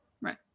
Right